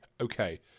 okay